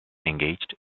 engaged